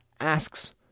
asks